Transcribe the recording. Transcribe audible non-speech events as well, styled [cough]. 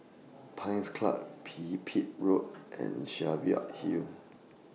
Pines Club Pipit Road [noise] and Cheviot Hill